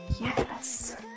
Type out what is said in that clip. Yes